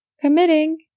committing